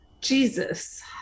Jesus